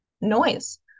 noise